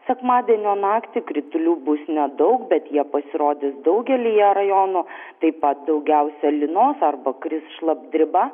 sekmadienio naktį kritulių bus nedaug bet jie pasirodys daugelyje rajonų taip pat daugiausia lynos arba kris šlapdriba